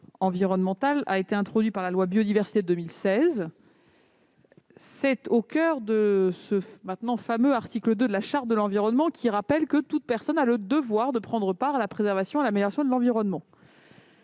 environnementales a été introduit par la loi Biodiversité. Il est au coeur du désormais fameux article 2 de la Charte de l'environnement, lequel dispose que toute personne a le devoir de prendre part à la préservation et à l'amélioration de l'environnement.